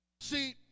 See